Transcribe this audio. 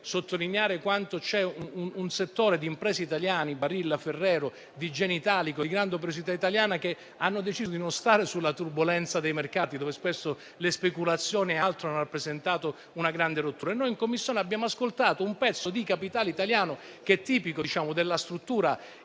sottolineare che un settore di imprese italiane (ad esempio, Barilla o Ferrero), di genio italico e di grande operosità italiana, ha deciso di non stare nella turbolenza dei mercati, in cui spesso le speculazioni e altro hanno rappresentato una grande rottura. In Commissione abbiamo ascoltato un pezzo di capitale italiano tipico della struttura